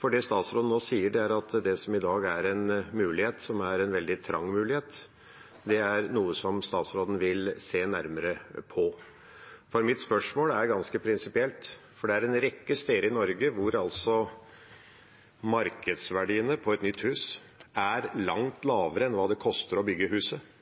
for det statsråden nå sier, er at det som i dag er en mulighet, men som er en veldig trang mulighet, er noe som statsråden vil se nærmere på. Mitt spørsmål er ganske prinsipielt, for det er en rekke steder i Norge hvor markedsverdien på et nytt hus er langt lavere enn hva det koster å bygge huset.